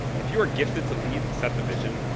if you're gifted to lead and set the vision,